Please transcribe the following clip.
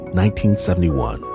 1971